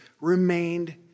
remained